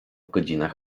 godzinach